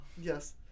Yes